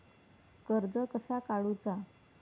कर्ज कसा काडूचा?